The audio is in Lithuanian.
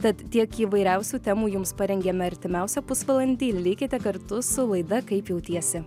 tad tiek įvairiausių temų jums parengiame artimiausią pusvalandį likite kartu su laida kaip jautiesi